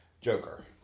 Joker